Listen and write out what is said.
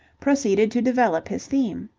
proceeded to develop his theme.